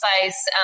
face